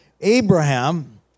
Abraham